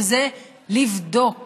וזה לבדוק